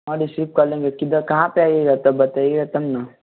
हाँ रिसीब कर लेंगे किधर कहाँ पर आइएगा तब बताइएगा तब न